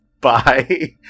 Bye